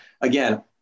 again